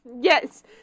Yes